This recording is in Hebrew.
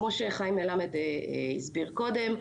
כמו שחיים מלמד הסביר קודם,